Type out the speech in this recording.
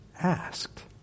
asked